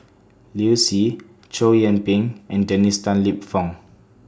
Liu Si Chow Yian Ping and Dennis Tan Lip Fong